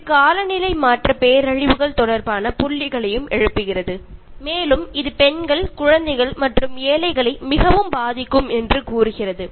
இது காலநிலை மாற்ற பேரழிவுகள் தொடர்பான புள்ளிகளையும் எழுப்புகிறது மேலும் இது பெண்கள் குழந்தைகள் மற்றும் ஏழைகளை மிகவும் பாதிக்கும் என்று கூறுகிறது